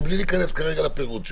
בלי להיכנס כרגע לפירוט שלהם.